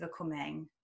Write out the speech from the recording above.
overcoming